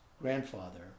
grandfather